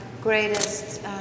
greatest